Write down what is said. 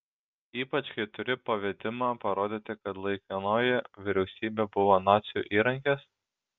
ypač kai turi pavedimą parodyti kad laikinoji vyriausybė buvo nacių įrankis